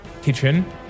kitchen